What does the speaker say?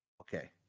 okay